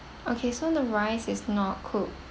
okay so the rice is not cooked